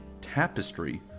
tapestry